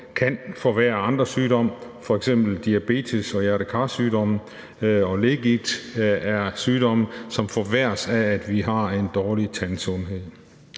kan forværre andre sygdomme. F.eks. er diabetes, hjerte-kar-sygdomme og ledegigt sygdomme, som forværres af, at vi har en dårlig tandsundhed.